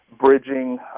bridging